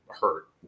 hurt